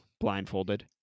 blindfolded